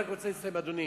אני רק רוצה לסיים, אדוני.